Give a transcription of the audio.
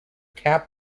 cap